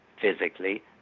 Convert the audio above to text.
physically